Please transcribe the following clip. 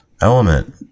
element